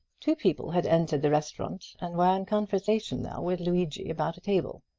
two people had entered the restaurant and were in conversation now with luigi about a table.